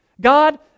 God